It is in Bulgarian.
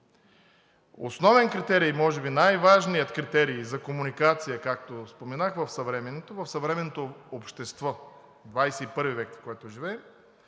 Основен критерий, може би най-важният критерий за комуникация, както споменах, в съвременното общество – XXI век, в който живеем,